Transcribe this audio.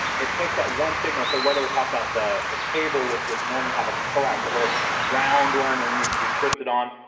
it takes that one signal. so whether we're talking about the the cable, which would normally have a coax, a little round one, and you'd twist it on,